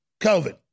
COVID